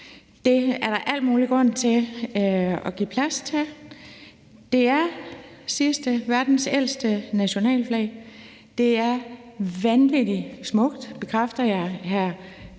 Det er der al mulig grund til at give plads til. Vores flag er verdens ældste nationalflag. Det er vanvittig smukt – det vil jeg